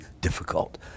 difficult